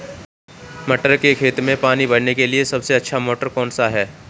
मटर के खेत में पानी भरने के लिए सबसे अच्छा मोटर कौन सा है?